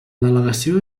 delegació